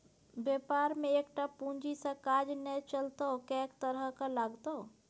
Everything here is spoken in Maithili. बेपार मे एकटा पूंजी सँ काज नै चलतौ कैक तरहक लागतौ